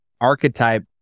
archetype